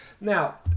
now